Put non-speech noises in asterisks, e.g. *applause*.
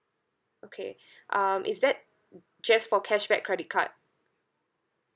okay *breath* um is that just for cashback credit card